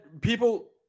people